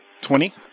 Twenty